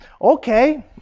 okay